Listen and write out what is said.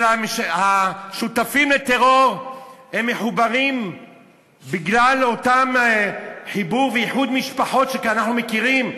מהשותפים לטרור מחוברים בגלל אותו חיבור ואיחוד משפחות שאנחנו מכירים.